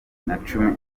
nacumi